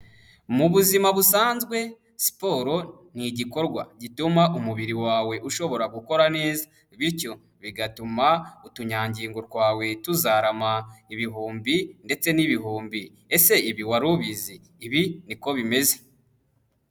Mu buzima busanzwe siporo ni igikorwa gituma umubiri wawe ushobora gukora neza, bityo bigatuma utunyangingo twawe tuzarama ibihumbi ndetse n'ibihumbi, ese ibi wari ubizi, ibi niko bimeze.